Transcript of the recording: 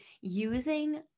Using